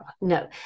no